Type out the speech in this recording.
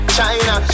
China